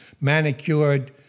manicured